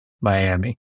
Miami